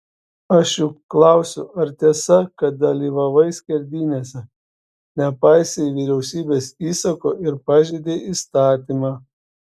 aš juk klausiu ar tiesa kad dalyvavai skerdynėse nepaisei vyriausybės įsako ir pažeidei įstatymą